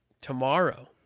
tomorrow